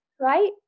Right